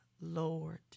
Lord